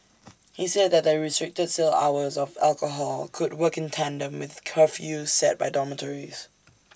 he said that the restricted sale hours of alcohol could work in tandem with curfews set by dormitories